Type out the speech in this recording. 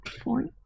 point